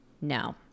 No